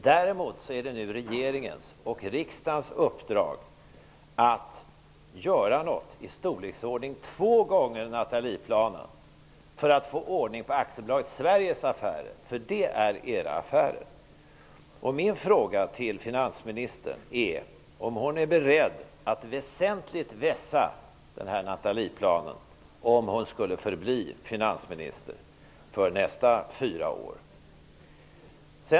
Däremot är det nu regeringens och riksdagens uppdrag att göra något i storleksordning två gånger Nathalieplanen för att få ordning på aktiebolaget Sveriges affärer, för de är era affärer. Min fråga till finansministern är: Är hon beredd att väsentligt vässa Nathalieplanen, om hon skulle förbli finansminister under nästa fyraårsperiod?